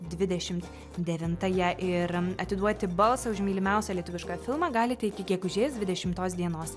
dvidešim devintąją ir atiduoti balsą už mylimiausią lietuvišką filmą galite iki gegužės dvidešimtos dienos